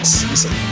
season